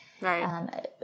Right